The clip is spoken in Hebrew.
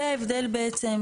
זה ההבדל בעצם,